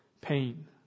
pain